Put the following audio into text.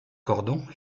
cordons